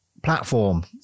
platform